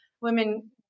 women